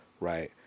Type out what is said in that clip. right